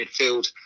midfield